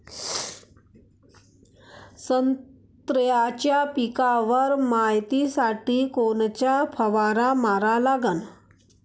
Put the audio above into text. संत्र्याच्या पिकावर मायतीसाठी कोनचा फवारा मारा लागन?